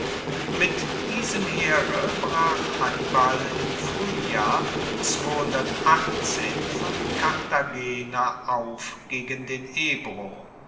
mit diesem heere brach hannibal im fruehjahr von cartagena auf gegen den ebro